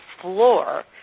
floor